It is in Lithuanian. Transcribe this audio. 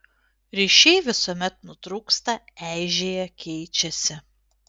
ryšiai visuomet nutrūksta eižėja keičiasi